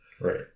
Right